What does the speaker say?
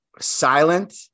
silent